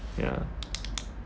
yeah